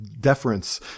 deference